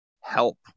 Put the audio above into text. help